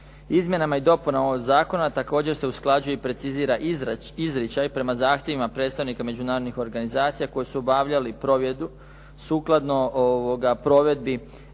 Izmjenama i dopunama ovog zakona također se usklađuje i precizira izričaj prema zahtjevima predstavnika međunarodnih organizacija koje su obavljali provedbu sukladno provedbi